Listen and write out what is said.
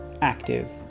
active